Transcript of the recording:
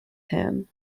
him